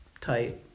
tight